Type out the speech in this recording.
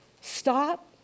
stop